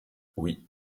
oui